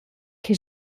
che